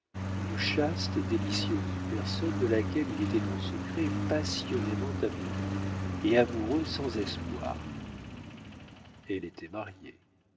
une chaste et délicieuse personne de laquelle il était en secret passionnément amoureux et amoureux sans espoir elle était mariée